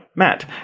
Matt